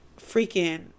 freaking